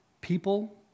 people